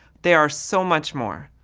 they are so much more.